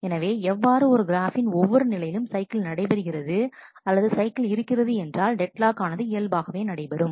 எனவே எவ்வாறு ஒரு கிராஃபின் ஒவ்வொரு நிலையிலும் சைக்கிள் நடைபெறுகிறது அல்லது சைக்கிள் இருக்கிறது என்றால் டெட்லாக் ஆனது இயல்பாகவே நடைபெறும்